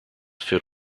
für